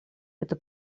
это